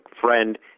friend